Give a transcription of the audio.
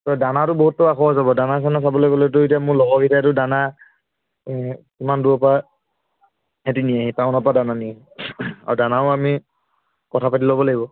তই দানাটো বহুত টকা খৰচ হ'ব দানা চানা চাবলৈ গ'লে তোৰ এতিয়া মোৰ লগৰকেইটাই তোৰ দানা ইমান দূৰৰপৰা সেহেঁতি নিয়েহি টাউনৰপৰা দানা নিয়েহি আৰু দানাও আমি কথা পাতি ল'ব লাগিব